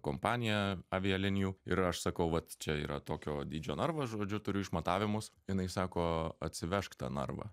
kompanija avialinijų ir aš sakau vat čia yra tokio dydžio narvas žodžiu turiu išmatavimus jinai sako atsivežk tą narvą